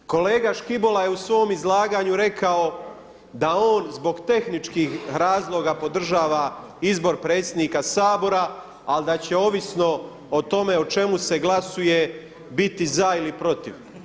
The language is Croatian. Kolega Škibola je u svom izlaganju rekao da on zbog tehničkih razloga podržava izbor predsjednika Sabora, ali da će ovisno o tome o čemu se glasuje biti za ili protiv.